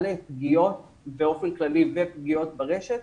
פגיעות באופן כללי ופגיעות ברשת,